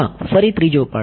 હા ફરી ત્રીજો પાર્ટ